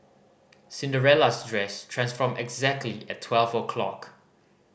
Cinderella's dress transformed exactly at twelve o' clock